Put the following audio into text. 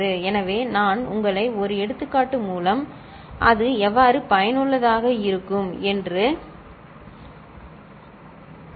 எனவே நான் உங்களை ஒரு எடுத்துக்காட்டு மூலம் எடுத்து அது எவ்வாறு பயனுள்ளதாக இருக்கும் என்று பார்ப்பேன்